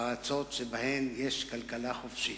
הארצות שבהן יש כלכלה חופשית.